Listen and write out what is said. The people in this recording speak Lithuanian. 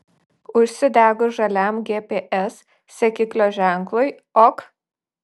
užsidegus žaliam gps sekiklio ženklui ok